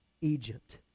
Egypt